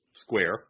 square